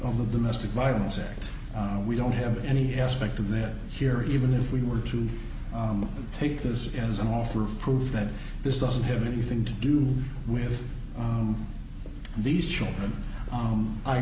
of the domestic violence act we don't have any aspect of their here even if we were to take this as an offer of proof that this doesn't have anything to do with these children